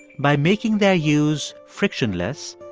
by making their use frictionless,